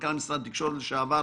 מנכ"ל משרד התקשורת לשעבר,